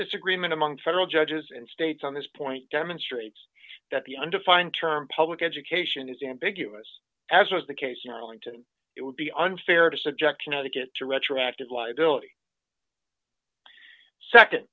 disagreement among federal judges in states on this point demonstrates that the undefined term public education is ambiguous as was the case in arlington it would be unfair to subject you know to get to retroactive liability